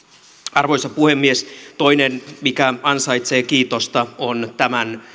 arvoisa puhemies toinen asia mikä ansaitsee kiitosta ovat tämän